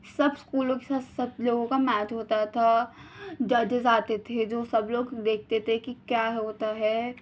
سب اسکولوں کے ساتھ سب لوگوں کا میچ ہوتا تھا ججز آتے تھے جو سب لوگ دیکھتے تھے کہ کیا ہوتا ہے